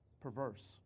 perverse